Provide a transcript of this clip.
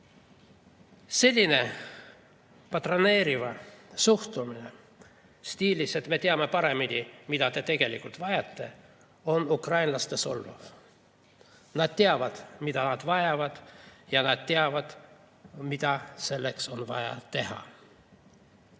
Selline patroneeriv suhtumine stiilis "Meie teame paremini, mida te tegelikult vajate" on ukrainlaste solvamine. Nad teavad, mida nad vajavad, ja nad teavad, mida selleks on vaja teha. Valge